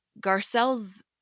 Garcelle's